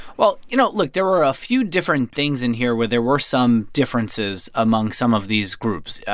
well, you know, look there were a few different things in here where there were some differences among some of these groups. yeah